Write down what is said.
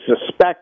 suspect